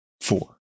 four